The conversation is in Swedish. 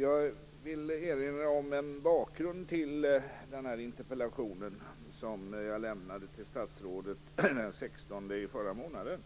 Jag vill erinra om bakgrunden till denna interpellation, som jag lämnade till statsrådet den 16 i förra månaden.